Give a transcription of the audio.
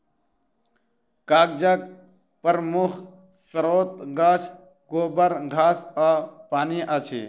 कागजक प्रमुख स्रोत गाछ, गोबर, घास आ पानि अछि